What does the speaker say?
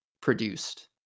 produced